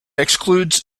excludes